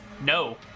No